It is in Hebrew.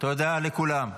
תודה לכולם.